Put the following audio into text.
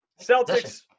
Celtics